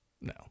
No